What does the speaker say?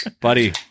Buddy